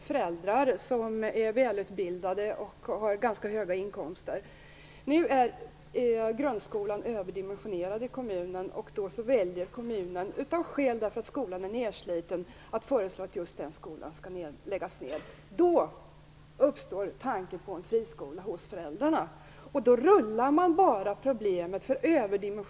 Föräldrarna är välutbildade och har ganska höga inkomster. Nu är grundskolan överdimensionerad i kommunen. Kommunen väljer då - därför att skolan är nersliten - att föreslå att just den skolan skall läggas ned. Då uppstår tanken på en friskola hos föräldrarna. Det tycker jag är ett dåligt skäl att starta en friskola.